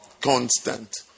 Constant